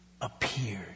appeared